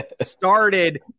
started